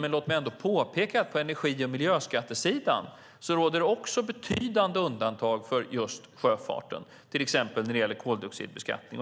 Låt mig påpeka att på energi och miljöskattesidan råder det också betydande undantag för just sjöfarten, till exempel när det gäller koldioxidbeskattning.